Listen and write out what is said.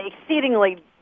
exceedingly